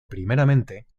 primeramente